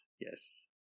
Yes